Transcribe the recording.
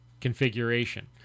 configuration